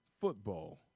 football